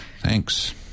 thanks